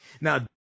Now